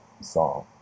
song